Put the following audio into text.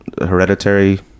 hereditary